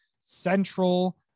Central